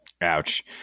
Ouch